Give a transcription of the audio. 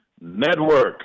network